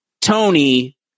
Tony